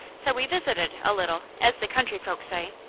so we visited a little, as the country folks say.